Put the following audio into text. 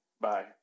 Bye